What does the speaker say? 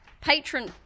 patron